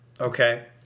okay